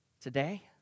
Today